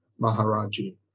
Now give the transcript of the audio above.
Maharaji